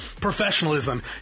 professionalism